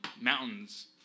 mountains